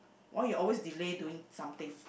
why you always delay doing something